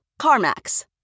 CarMax